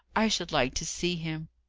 i should like to see him.